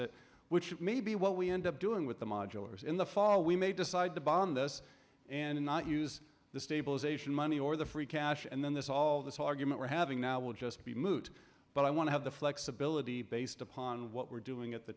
it which may be what we end up doing with the modulars in the fall we may decide to bond us and not use the stabilization money or the free cash and then there's all this argument we're having now will just be moot but i want to have the flexibility based upon what we're doing at the